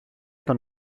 τον